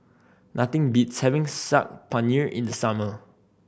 nothing beats having Saag Paneer in the summer